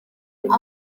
ngo